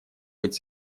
быть